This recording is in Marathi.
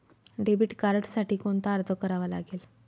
डेबिट कार्डसाठी कोणता अर्ज करावा लागेल?